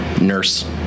nurse